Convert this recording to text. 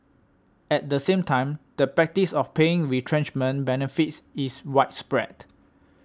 at the same time the practice of paying retrenchment benefits is widespread